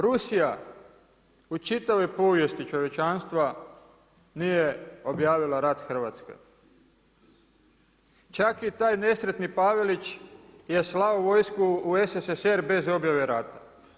Rusija u čitavoj povijesti čovječanstva nije objavila rat Hrvatskoj, čak i taj nesretni Pavelić je slao vojsku u SSSR bez objave rata.